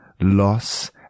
loss